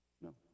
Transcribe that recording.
No